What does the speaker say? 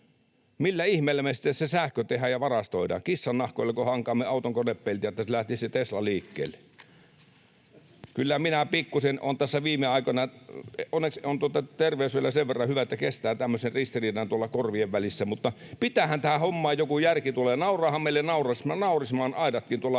Millä ihmeellä me sitten se sähkö tehdään ja varastoidaan? Kissannahkoillako hankaamme auton konepeltiä, että lähtisi se Tesla liikkeelle? Kyllä minä pikkuisen olen tässä viime aikoina... Onneksi on terveys vielä sen verran hyvä, että kestää tämmöisen ristiriidan tuolla korvien välissä. Mutta pitäähän tähän hommaan joku järki tulla. Nauravathan meille naurismaan aidatkin tuolla